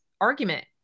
argument